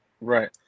Right